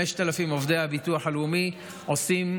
5,000 עובדי הביטוח הלאומי עושים